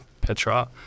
Petra